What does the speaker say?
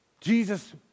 Jesus